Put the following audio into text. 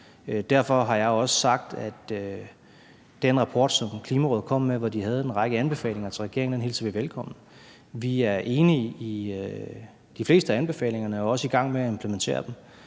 Derfor har jeg også sagt, at den rapport, som Klimarådet kom med, hvor de har en række anbefalinger til regeringen, hilser vi velkommen. Vi er enige i de fleste af anbefalingerne og er også i gang med at implementere dem,